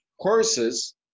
courses